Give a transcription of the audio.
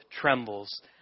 trembles